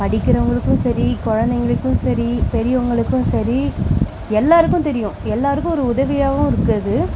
படிக்கிறவங்களுக்கும் சரி குழந்தைங்களுக்கும் சரி பெரியவங்களுக்கும் சரி எல்லாருக்கும் தெரியும் எல்லாருக்கும் ஒரு உதவியாகவும் இருக்குது அது